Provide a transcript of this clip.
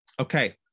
Okay